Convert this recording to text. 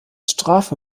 strafe